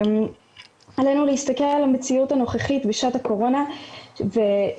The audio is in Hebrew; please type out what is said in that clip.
עלינו להסתכל על המציאות הנוכחית בשעת הקורונה שלא